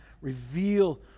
reveal